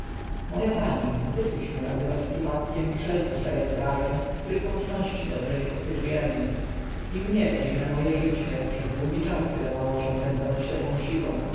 a pani zwykliśmy nazywać przypadkiem wszelki szereg zdarzeń których łączności dobrze nie pochwytu emy i mnie dziwne mo e życie przez długi czas wydawało się pędzone ślepą siłą